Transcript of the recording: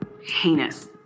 heinous